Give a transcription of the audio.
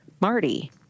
Marty